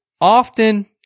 often